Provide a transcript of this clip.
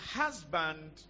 husband